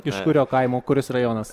iš kurio kaimo kuris rajonas